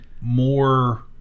more